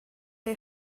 chi